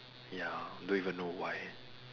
ya don't even know why